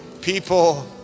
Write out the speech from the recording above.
people